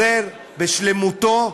וחוזר בשלמותו,